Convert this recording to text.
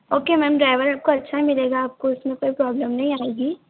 okay ma'am driver आपको अच्छा ही मिलेगा आपको उसमें कोई प्रॉब्लम नहीं आएगी